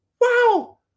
wow